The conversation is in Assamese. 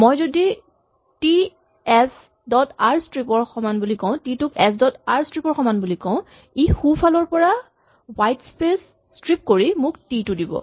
মই যদি T H dot R strip ৰ সমান ই সোঁফালৰ পৰা হুৱাইট স্পেচ স্ট্ৰিপ কৰি মোক টি দিব